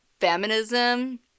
feminism